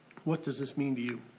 what does this mean to you?